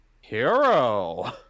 Hero